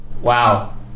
wow